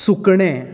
सुकणें